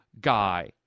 guy